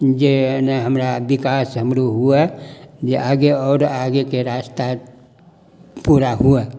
जे नहि हमरा विकास हमरो हुए जे आगे आओर आगेके रास्ता पूरा हुए